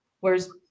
whereas